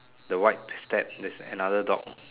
the white step there is another dog